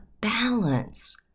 balance